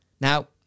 Now